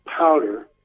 powder